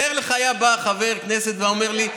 תאר לך שהיה בא חבר כנסת והיה אומר לי,